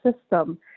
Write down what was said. system